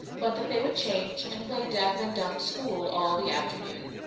but that they would change and play deaf and dumb school all the afternoon.